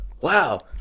Wow